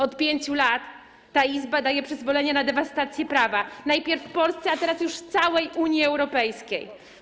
Od 5 lat ta izba daje przyzwolenie na dewastację prawa, najpierw w Polsce, a teraz już w całej Unii Europejskiej.